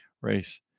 race